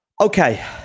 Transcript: Okay